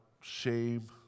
shame